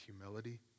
humility